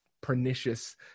pernicious